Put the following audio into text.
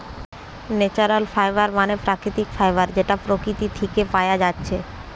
natural fibre মানে প্রাকৃতিক fibre যেটা প্রকৃতি থিকে পায়া যাচ্ছে